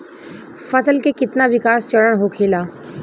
फसल के कितना विकास चरण होखेला?